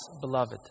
beloved